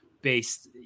based